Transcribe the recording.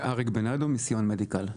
אני משיאון מדיקל.